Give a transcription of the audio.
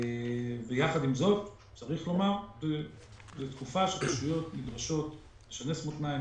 יחד עם זאת צריך לומר שזאת תקופה שרשויות נדרשות לשנס מותניים,